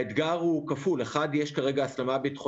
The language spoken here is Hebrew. מהרגע שפתחנו את המחלקה